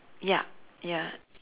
ya ya